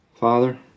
Father